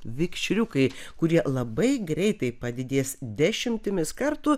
vikšriukai kurie labai greitai padidės dešimtimis kartų